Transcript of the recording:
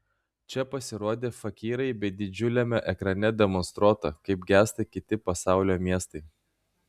čia pasirodė fakyrai bei didžiuliame ekrane demonstruota kaip gęsta kiti pasaulio miestai